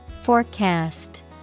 Forecast